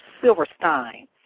Silverstein